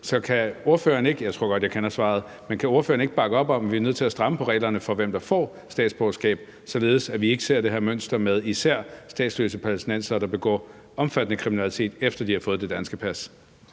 jeg kender svaret – bakke op om, at vi er nødt til at stramme reglerne for, hvem der får statsborgerskab, således at vi ikke ser det her mønster med især statsløse palæstinensere, der begår omfattende kriminalitet, efter de har fået det danske pas?